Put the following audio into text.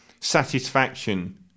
satisfaction